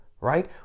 Right